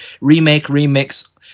remake-remix